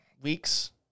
weeks